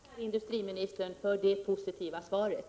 Herr talman! Jag tackar industriministern för det positiva svaret.